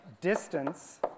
distance